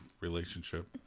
relationship